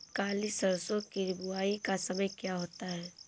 काली सरसो की बुवाई का समय क्या होता है?